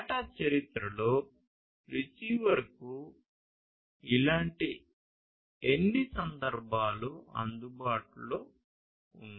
data చరిత్రలో రిసీవర్కు ఇలాంటి ఎన్ని సందర్భాలు అందుబాటులో ఉన్నాయి